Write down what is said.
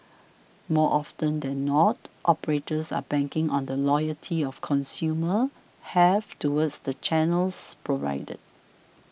more often than not operators are banking on the loyalty of consumers have towards the channels provided